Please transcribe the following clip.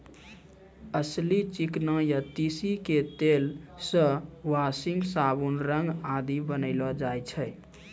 अलसी, चिकना या तीसी के तेल सॅ वार्निस, साबुन, रंग आदि बनैलो जाय छै